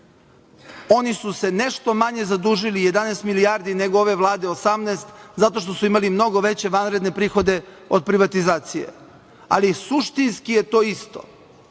Oni su se nešto manje zadužili, 11 milijardi, nego ove vlade, 18. zato što su imali mnogo veće vanredne prihode od privatizacije. Suštinski je to